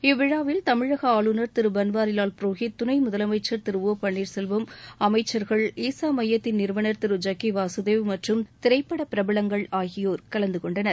இவ்விழாவில் தமிழக ஆளுநர் திரு பன்வாரிவால் புரோஹித் துணை முதலமைச்சர் திரு ஒபன்னீர்செல்வம் அமைச்சர்கள் ஈசா மையத்தின் நிறுவனர் திரு ஜக்கி வாசுதேவ் மற்றும் திரைப்பட பிரபலங்கள் ஆகியோர் கலந்துகொண்டனர்